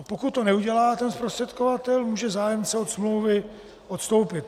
Pokud to neudělá zprostředkovatel, může zájemce od smlouvy odstoupit.